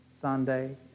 Sunday